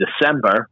December